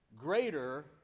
greater